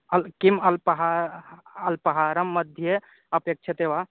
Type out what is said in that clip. अल्पं किम् अल्पाहारम् अल्पाहारं मध्ये अपेक्ष्यते वा